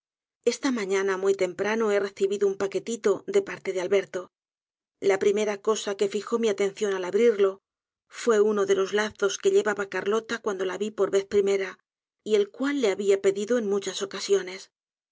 esta mañana muy temprano he recibido un paquetito de parte de alberto la primera cosa que fijó mi atención al abrirlo fue uno de los lazos de color de rosa que hevaba carlota cuando la vi por vez primera y el cual le había pedido en muchas ocasiones